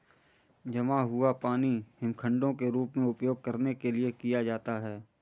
जमा हुआ पानी हिमखंडों के रूप में उपयोग करने के लिए किया जाता है